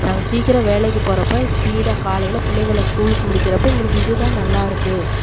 அவங்க சீக்கிரோம் வேலைக்கு போகிறப்ப ஸ்பீடாக காலையில் பிள்ளைகளை ஸ்கூலுக்கு முடிக்கிறப்போ எங்களுக்கு இதுதான் நல்லாயிருக்கு